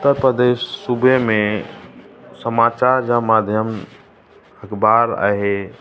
उत्तर प्रदेश सूबे में समाचार जा माध्यम अखबार आहे